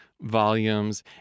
volumes